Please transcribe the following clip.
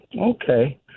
okay